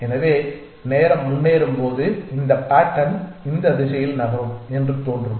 எனவே நேரம் முன்னேறும்போது இந்த பேட்டர்ன் இந்த திசையில் நகரும் என்று தோன்றும்